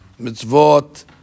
mitzvot